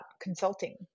consulting